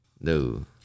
no